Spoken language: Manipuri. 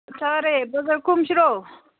ꯆꯥꯔꯦ ꯕꯖꯥꯔ ꯀꯨꯝꯁꯤꯔꯣ